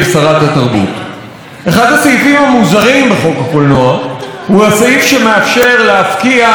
אחד הסעיפים המוזרים בחוק הקולנוע הוא הסעיף שמאפשר להפקיע אחוז מסוים,